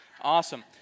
Awesome